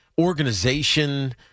organization